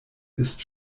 ist